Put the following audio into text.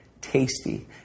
tasty